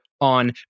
on